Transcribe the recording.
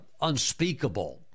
unspeakable